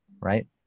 right